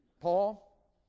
paul